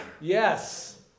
yes